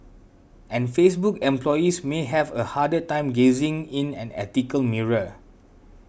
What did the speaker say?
and Facebook employees may have a harder time gazing in an ethical mirror